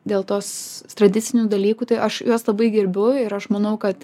dėl tos tradicinių dalykų tai aš juos labai gerbiu ir aš manau kad